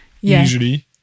Usually